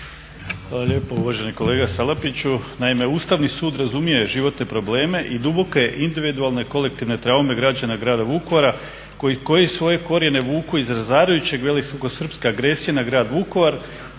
Hvala lijepo. Uvaženi kolega Salapiću, naime Ustavni sud razumije životne probleme i duboke individualne, kolektivne traume građana Grada Vukovara koji svoje korijene vuku iz razarajuće velikosrpske agresije na Grad Vukovar